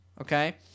okay